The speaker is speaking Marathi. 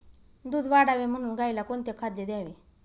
दूध वाढावे म्हणून गाईला कोणते खाद्य द्यावे?